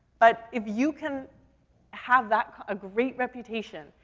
but if you can have that, a great reputation,